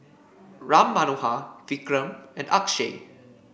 Ram Manohar Vikram and Akshay